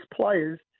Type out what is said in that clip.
players